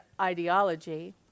ideology